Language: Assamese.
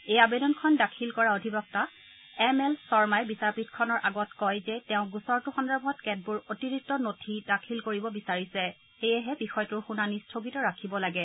এই আবেদনখন দাখিল কৰা অধিবক্তা এম এল শৰ্মাই বিচাৰপীঠখনৰ আগত কয় যে তেওঁ গোচৰটো সন্দৰ্ভত কেতবোৰ অতিৰিক্ত নথি দাখিল কৰিব বিচাৰিছে সেয়েহে বিষয়টোৰ শুনানি স্থগিত ৰাখিব লাগে